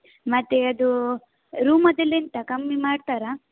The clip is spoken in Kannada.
ಮತ್ತೆ ಅದು ರೂಮದ್ದೆಲ್ಲ ಎಂಥ ಕಮ್ಮಿ ಮಾಡ್ತರಾ